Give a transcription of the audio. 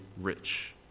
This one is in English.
rich